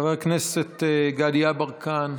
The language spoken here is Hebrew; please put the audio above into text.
חבר הכנסת גדי יברקן,